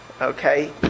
okay